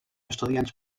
estudiants